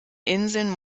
inseln